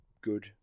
good